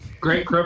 Great